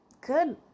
good